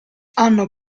hanno